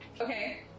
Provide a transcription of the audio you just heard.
Okay